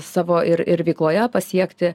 savo ir ir veikloje pasiekti